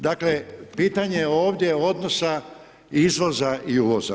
Dakle, pitanje je ovdje odnosa izvoza i uvoza.